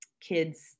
kids